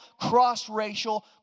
cross-racial